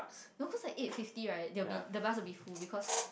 no cause like eight fifty right there will be the bus will be full because